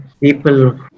people